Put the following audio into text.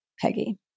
Peggy